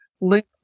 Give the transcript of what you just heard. Luke